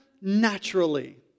naturally